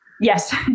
Yes